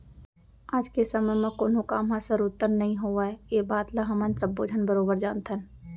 आज के समे म कोनों काम ह सरोत्तर नइ होवय ए बात ल हमन सब्बो झन बरोबर जानथन